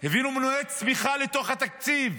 הבאנו מנועי צמיחה לתוך התקציב,